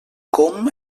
com